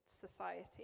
society